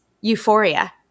euphoria